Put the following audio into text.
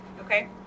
okay